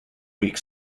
week